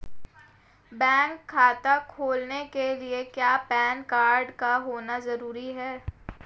Bank खाता खोलने के लिए क्या पैन कार्ड का होना ज़रूरी है?